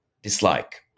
dislike